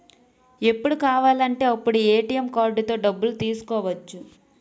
ఎప్పుడు కావాలంటే అప్పుడు ఏ.టి.ఎం కార్డుతో డబ్బులు తీసుకోవచ్చు